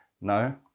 no